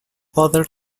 other